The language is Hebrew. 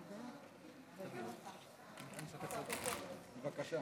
חבריי חברי הכנסת, אני מתכבד, ניתן